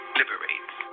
liberates